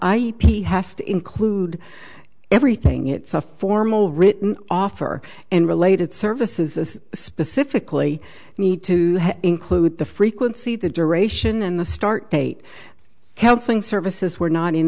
has to include everything it's a formal written offer and related services specifically need to include the frequency the duration and the start date counseling services were not in